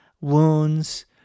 wounds